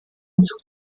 entzug